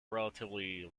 relatively